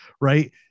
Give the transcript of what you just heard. right